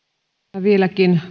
jatketaan vieläkin